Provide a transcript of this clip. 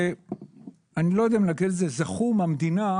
שזכו מהמדינה